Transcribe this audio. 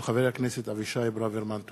הצעתו של חבר הכנסת אבישי ברוורמן.